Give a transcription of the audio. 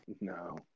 No